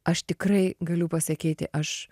aš tikrai galiu pasakyti aš